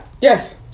Yes